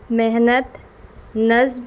محنت